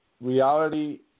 reality